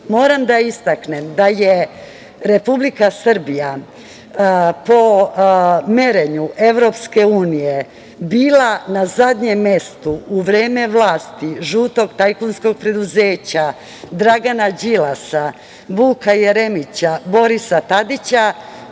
da istaknem da je Republika Srbija po merenju Evropske unije bila na zadnjem mestu u vreme vlasti žutog tajkunskog preduzeća, Dragana Đilasa, Vuka Jeremića, Borisa Tadića,